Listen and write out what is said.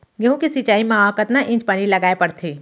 गेहूँ के सिंचाई मा कतना इंच पानी लगाए पड़थे?